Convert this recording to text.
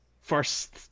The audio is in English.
first